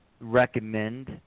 recommend